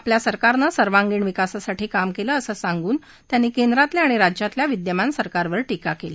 आपल्या सरकारने सर्वांगीण विकासासाठी काम केलं असं सांगून त्यांनी केंद्रातल्या आणि राज्यातल्या विद्यमान सरकारवर टीका केली